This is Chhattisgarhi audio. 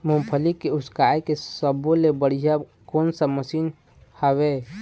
मूंगफली के उसकाय के सब्बो ले बढ़िया कोन सा मशीन हेवय?